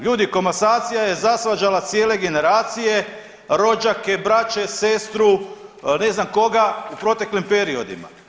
Ljudi komasacija je zasvađala cijele generacije, rođake, braće, sestru ne znam koga u proteklim periodima.